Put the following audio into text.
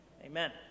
Amen